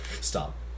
Stop